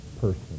person